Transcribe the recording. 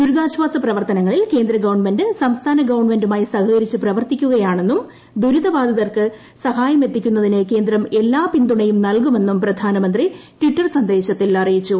ദുരിതാശ്വാസ പ്രവർത്തനങ്ങളിൽ കേന്ദ്ര ഗവൺമെന്റ് സംസ്ഥാന ഗവൺമെന്റുമായി സഹകരിച്ച് പ്രവർത്തിക്കുകയാണെന്നും ദുരിതബാധിതർക്ക് സഹായം എത്തിക്കുന്നതിന് കേന്ദ്രം എല്ലാ പിന്തുണയും നൽകുമെന്നും പ്രധാനമന്തി ട്വിറ്റർ സന്ദേശത്തിൽ അറിയിച്ചു